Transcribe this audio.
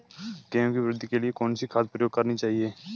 गेहूँ की वृद्धि के लिए कौनसी खाद प्रयोग करनी चाहिए?